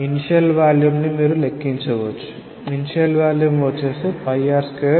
initial volume ని మీరు లెక్కించవచ్చు ఇనీషియల్ వాల్యూమ్ వచ్చేసి R2h0